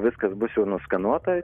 viskas bus jau nuskanuota